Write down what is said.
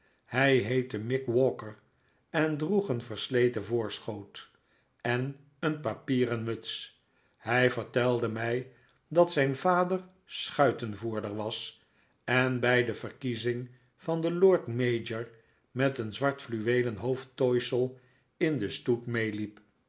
hij heette mick walker en droeg een versleten voorschoot en een papieren muts hij vertelde mij dat zijn vader schuitenvoerder was en bij de verkiezing van den lord mayor met een zwart fluweelen hoofdtooisel in den stoet